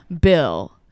Bill